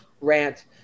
rant